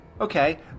Okay